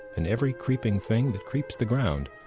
and every creeping thing that creeps the ground.